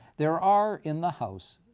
there are, in the house,